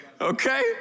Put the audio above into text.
Okay